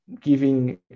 giving